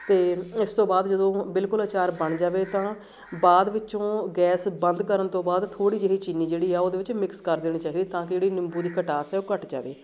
ਅਤੇ ਇਸ ਤੋਂ ਬਾਅਦ ਜਦੋਂ ਬਿਲਕੁਲ ਅਚਾਰ ਬਣ ਜਾਵੇ ਤਾਂ ਬਾਅਦ ਵਿੱਚੋਂ ਗੈਸ ਬੰਦ ਕਰਨ ਤੋਂ ਬਾਅਦ ਥੋੜ੍ਹੀ ਜਿਹੀ ਚੀਨੀ ਜਿਹੜੀ ਆ ਉਹਦੇ ਵਿੱਚ ਮਿਕਸ ਕਰ ਦੇਣੀ ਚਾਹੀਦੀ ਤਾਂ ਕਿ ਜਿਹੜੀ ਨਿੰਬੂ ਦੀ ਖਟਾਸ ਹੈ ਉਹ ਘੱਟ ਜਾਵੇ